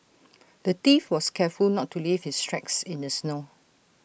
the thief was careful not to leave his tracks in the snow